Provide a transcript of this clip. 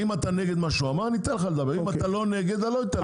אם אתה לא נגד אני לא אתן לך.